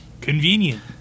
Convenient